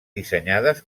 dissenyades